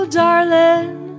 darling